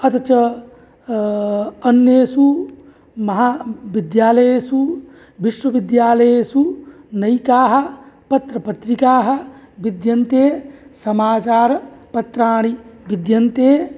अथ च अन्येषु महाविद्यालयेषु विश्वविद्यालयेषु नैकाः पत्रपत्रिकाः विद्यन्ते समाचारपत्राणि विद्यन्ते